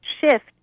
shift